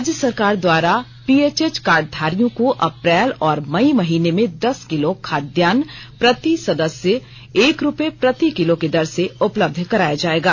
राज्य सरकार द्वारा पीएचएच कार्डधारियों को अप्रैल और मई महीने में दस किलो खाद्यान प्रति सदस्य एक रूपये प्रति किलो की दर से उपलब्ध कराया जाएगा